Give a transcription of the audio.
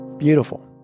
Beautiful